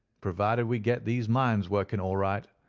provided we get these mines working all right.